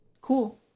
Cool